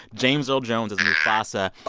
james earl jones is mufasa.